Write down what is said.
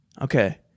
Okay